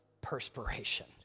perspiration